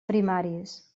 primaris